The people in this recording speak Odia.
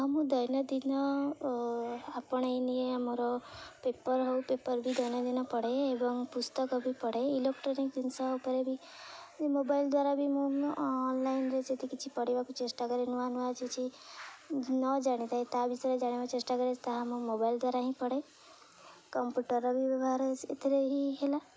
ହଁ ମୁଁ ଦୈନନ୍ଦିନ ଆପଣେଇ ନିଏ ଆମର ପେପର ହେଉ ପେପର ବି ଦୈନନ୍ଦିନ ପଢ଼େ ଏବଂ ପୁସ୍ତକ ବି ପଢ଼େ ଇଲେକ୍ଟ୍ରୋନିକ ଜିନିଷ ଉପରେ ବି ମୋବାଇଲ ଦ୍ୱାରା ବି ମୁଁ ଅନଲାଇନରେ ଯଦି କିଛି ପଢ଼ିବାକୁ ଚେଷ୍ଟା କରେ ନୂଆ ନୂଆ କିଛି ନ ଜାଣିଥାଏ ତା ବିଷୟରେ ଜାଣିବା ଚେଷ୍ଟା କରେ ତାହା ମୁଁ ମୋବାଇଲ ଦ୍ୱାରା ହିଁ ପଢ଼େ କମ୍ପ୍ୟୁଟରର ବି ବ୍ୟବହାର ସେଥିରେ ହିଁ ହେଲା